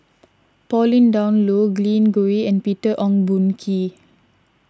Pauline Dawn Loh Glen Goei and Peter Ong Boon Kwee